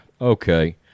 Okay